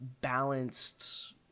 balanced